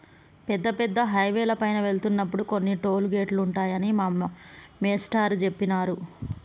పెద్ద పెద్ద హైవేల పైన వెళ్తున్నప్పుడు కొన్ని టోలు గేటులుంటాయని మా మేష్టారు జెప్పినారు